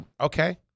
Okay